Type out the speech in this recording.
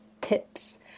tips